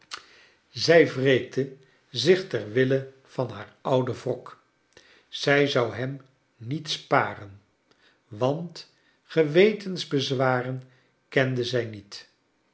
zij wreekte zich tor wille van haar ouden wrok zij zou hem niet sparen want gewetensbezwaren kende zij niet